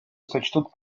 сочтут